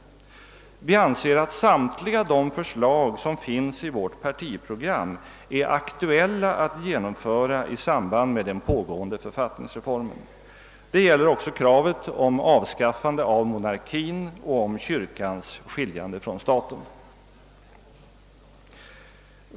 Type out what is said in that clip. Vi anser att samtliga de förslag som finns i vårt partiprogram är aktuella att genomföra i samband med den pågående författningsreformen. Det gäller också kravet på avskaffande av monarkin och om kyrkans skiljande från staten.